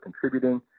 contributing